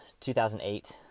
2008